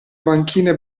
banchine